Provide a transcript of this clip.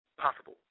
possible